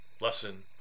lesson